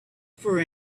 for